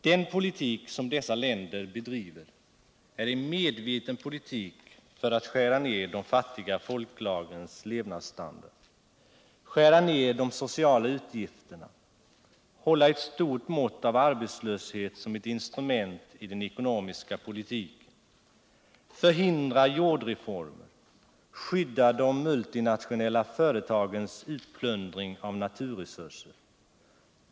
Den politik som dessa länder bedriver är en medveten politik för att skära ned de fattiga folklagrens levnadsstandard, skära ned de sociala utgifterna, hålla ett stort mått av arbetslöshet som ett instrument i den ekonomiska politiken, förhindra jordreformer och skydda de multinationella företagens utplundring av naturresurser.